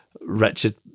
wretched